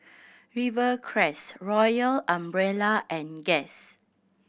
Rivercrest Royal Umbrella and Guess